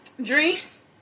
Drinks